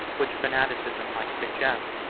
which fanaticism might suggest,